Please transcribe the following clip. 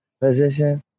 position